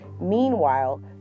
Meanwhile